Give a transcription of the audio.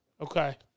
Okay